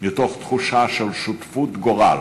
מתוך תחושה של שותפות גורל,